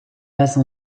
passe